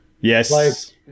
Yes